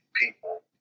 people